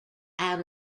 out